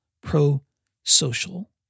pro-social